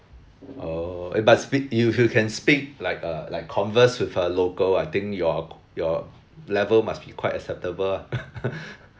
oh eh but speak you you can speak like uh like converse with a local I think your your level must be quite acceptable lah